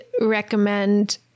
recommend